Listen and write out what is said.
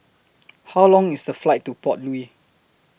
How Long IS The Flight to Port Louis